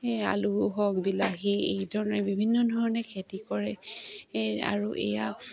এই আলু হওক বিলাহী এই ধৰণে বিভিন্ন ধৰণে খেতি কৰে আৰু এয়া